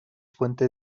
fuente